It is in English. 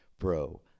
bro